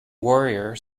warrior